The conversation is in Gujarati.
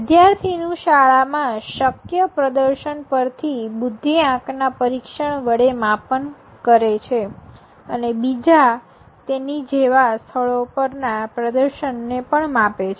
વિદ્યાર્થી નું શાળામાં શક્ય પ્રદર્શન પરથી બુદ્ધિ આંક ના પરીક્ષણ વડે માપન કરે છે અને બીજા તેની જેવા સ્થળો પર ના પ્રદર્શન ને પણ માપે છે